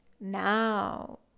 Now